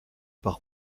par